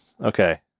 Okay